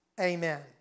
Amen